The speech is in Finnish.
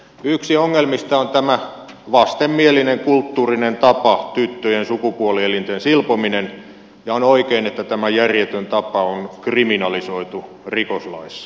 yksi ongelmista on tämä vastenmielinen kulttuurinen tapa tyttöjen sukupuolielinten silpominen ja on oikein että tämä järjetön tapa on kriminalisoitu rikoslaissa